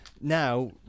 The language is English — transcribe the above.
now